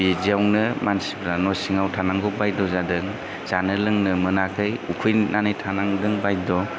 बिदियावनो मानसिफ्रा न' सिङाव थानांगौ बायद' जादों जानो लोंनो मोनाखै उखैनानै थानांदों बायद'